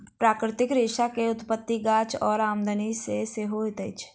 प्राकृतिक रेशा के उत्पत्ति गाछ और आदमी से होइत अछि